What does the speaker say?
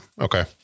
Okay